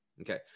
okay